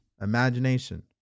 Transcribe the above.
imagination